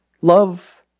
love